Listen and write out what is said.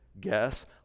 guess